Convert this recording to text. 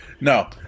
No